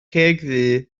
cegddu